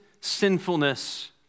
sinfulness